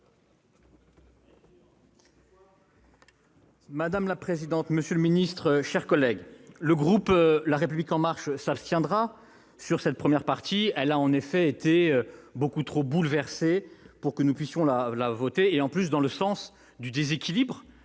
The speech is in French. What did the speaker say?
Madame la présidente, monsieur le secrétaire d'État, mes chers collègues, le groupe La République En Marche s'abstiendra sur cette première partie. Celle-ci a en effet été beaucoup trop bouleversée pour que nous puissions la voter, d'autant qu'elle l'a été dans le sens du déséquilibre